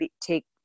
take